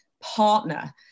partner